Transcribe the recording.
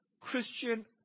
Christian